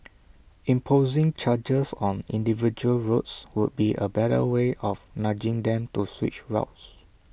imposing charges on individual roads would be A better way of nudging them to switch routes